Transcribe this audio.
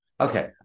Okay